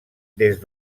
des